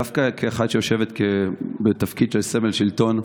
דווקא כאחת שיושבת בתפקיד של סמל שלטון,